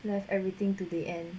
left everything to the end